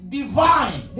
divine